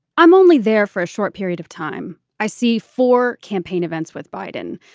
i'm only there for a short period of time i see four campaign events with biden.